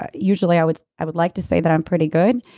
ah usually i would i would like to say that i'm pretty good.